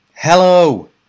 Hello